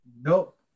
nope